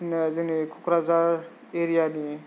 जोंना जोंनि क'क्राझार एरियानि